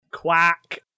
Quack